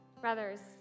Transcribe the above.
Brothers